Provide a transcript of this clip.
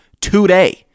today